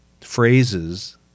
phrases